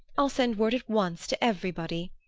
i'll send word at once to everybody!